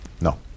No